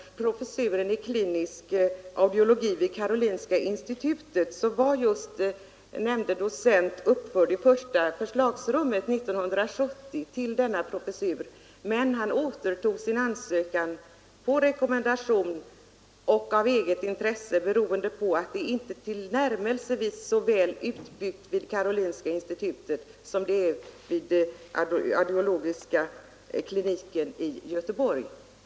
Herr talman! Till tjänsten som biträdande professor i klinisk audiologi vid Karolinska institutet var just nämnde docent uppförd i första förslagsrummet år 1970. Men han återtog sin ansökan på rekommendation och av eget intresse beroende på att verksamheten inte är tillnärmelsevis så väl utbyggd vid Karolinska institutet som vid audiologiska kliniken i Göteborg.